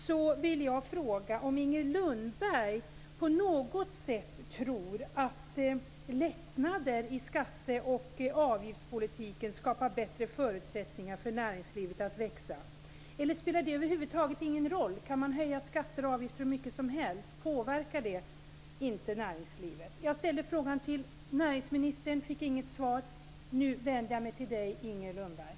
Då vill jag fråga om Inger Lundberg på något sätt tror att lättnader i skatte och avgiftspolitiken skapar bättre förutsättningar för näringslivet att växa. Eller spelar det över huvud taget ingen roll? Kan man höja skatter och avgifter hur mycket som helst? Påverkar det inte näringslivet? Jag ställde den frågan till näringsministern, men jag fick inget svar. Nu vänder jag mig till Inger Lundberg.